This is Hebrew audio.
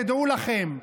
תדעו לכם,